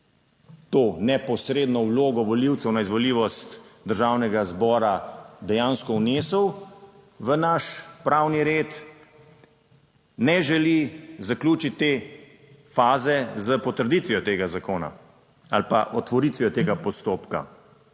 to neposredno vlogo volivcev na izvoljivost Državnega zbora dejansko vnesel v naš pravni red, ne želi zaključiti te faze s potrditvijo tega zakona ali pa otvoritvijo tega postopka.